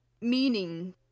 meaning